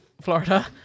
Florida